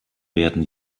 werden